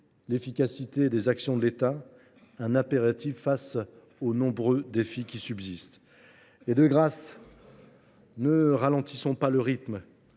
l’efficacité des actions de l’État, un impératif face aux nombreux défis qui subsistent. De grâce, ne baissons pas le rythme,